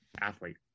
athlete